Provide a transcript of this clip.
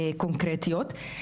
קונקרטיות.